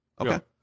Okay